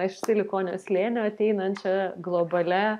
iš silikonio slėnio ateinančia globalia